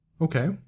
Okay